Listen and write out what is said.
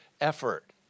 effort